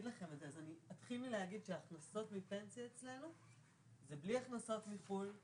אגיד שהכנסות מפנסיה אצלנו זה בלי הכנסות מחו"ל,